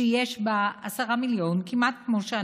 שיש בה עשרה מיליון, כמעט כמונו,